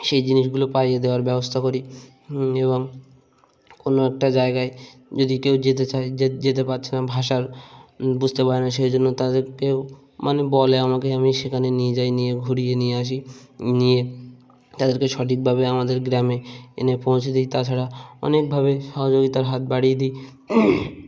সেই জিনিসগুলো পাইয়ে দেওয়ার ব্যবস্থা করি এবং কোনো একটা জায়গায় যদি কেউ যেতে চায় যে যেতে পারছে না ভাষার বুঝতে পারে না সেই জন্য তাদেরকেও মানে বলে আমাকে আমি সেখানে নিয়ে যাই নিয়ে ঘুরিয়ে নিয়ে আসি নিয়ে তাদেরকে সঠিকভাবে আমাদের গ্রামে এনে পৌঁছে দিই তাছাড়া অনেকভাবে সহযোগিতার হাত বাড়িয়ে দিই